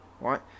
right